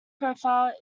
profile